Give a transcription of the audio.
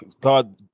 God